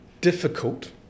difficult